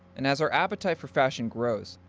and as our appetite for fashion grows,